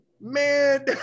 man